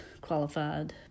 qualified